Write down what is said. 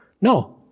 No